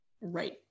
right